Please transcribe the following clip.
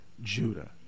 Judah